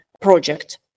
project